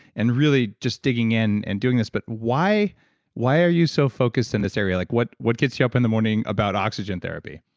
and really just digging in and doing this, but why why are you so focused in this area? like what what gets you up in the morning about oxygen therapy?